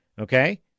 okay